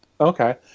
Okay